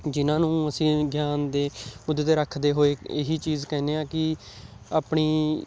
ਜਿਨ੍ਹਾਂ ਨੂੰ ਅਸੀਂ ਗਿਆਨ ਦੇ ਮੁੱਦੇ 'ਤੇ ਰੱਖਦੇ ਹੋਏ ਇਹੀ ਚੀਜ਼ ਕਹਿੰਦੇ ਹਾਂ ਕਿ ਆਪਣੀ